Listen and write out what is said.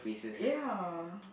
ya